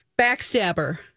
backstabber